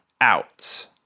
out